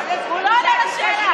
הוא לא עונה על השאלה.